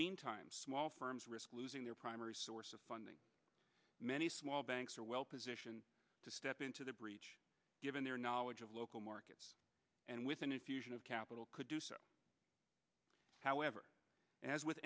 meantime small firms risk losing their primary source of funding many small banks are well positioned to step into the breach given their knowledge of local markets and with an infusion of capital could do so however as with